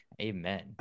Amen